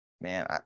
Man